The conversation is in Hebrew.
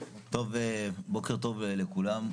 בוקר טוב לכולם.